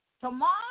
tomorrow